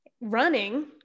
running